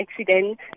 accident